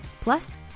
Plus